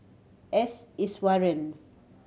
S Iswaran